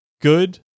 good